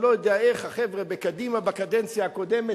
אני לא יודע איך החבר'ה בקדימה בקדנציה הקודמת